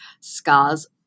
scars